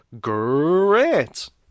great